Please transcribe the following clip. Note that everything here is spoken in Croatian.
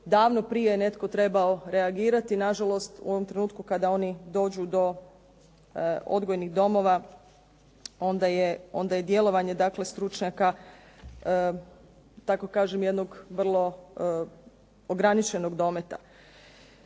davno prije je netko trebao reagirati. Nažalost u ovom trenutku kada oni dođu do odgojnih domova, onda je djelovanje stručnjaka tako kažem jednog vrlo ograničenog dometa.